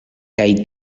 kaj